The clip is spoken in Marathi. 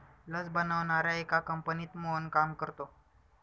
लस बनवणाऱ्या एका कंपनीत मोहन काम करतो